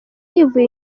yivuye